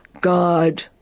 God